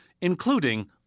including